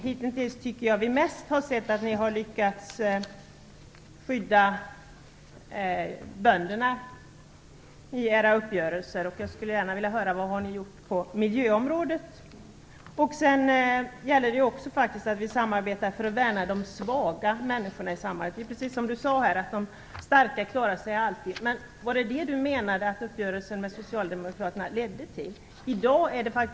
Hitintills tycker jag mest att vi har sett att ni har lyckats skydda bönderna i era uppgörelser. Jag skulle gärna vilja höra vad ni har gjort på miljöområdet. Det gäller också att vi samarbetar för att värna de svaga människorna i samhället. Det är precis som Olof Johansson sade: De starka klarar sig alltid. Menade Olof Johansson att uppgörelsen med Socialdemokraterna ledde till att vi värnar de svaga?